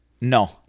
no